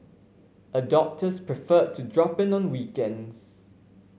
adopters prefer to drop in on weekends